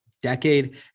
decade